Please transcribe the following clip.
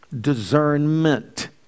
discernment